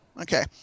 Okay